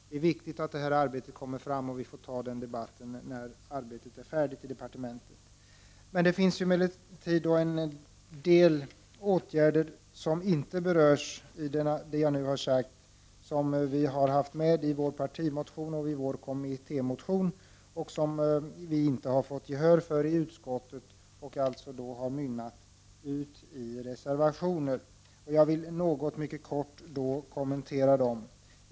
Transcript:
Det är viktigt att detta arbete fortsätter, och vi får debattera detta när arbetet i departementet är färdigt. Det finns emellertid en del frågor som inte berörs i det arbete på departementet som jag har talat om och som vi har tagit upp i vår partimotion och i vår kommittémotion och som vi inte har fått gehör för i utskottet. Därför har dessa frågor utmynnat i reservationer. Jag skall kortfattat kommentera dessa reservationer.